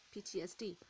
PTSD